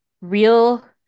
real